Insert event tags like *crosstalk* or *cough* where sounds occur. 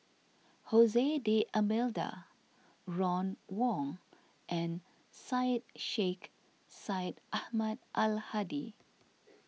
Jose D'Almeida Ron Wong and Syed Sheikh Syed *noise* Ahmad Al Hadi